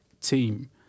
team